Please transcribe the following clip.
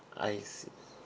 I see